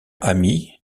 ami